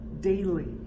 daily